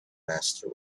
master